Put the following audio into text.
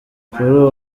kuri